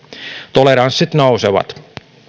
toleranssit nousevat